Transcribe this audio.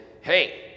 hey